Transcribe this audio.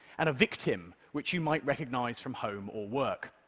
and a victim, which you might recognize from home or work.